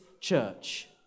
church